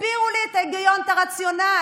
תסבירו לי את ההיגיון, את הרציונל.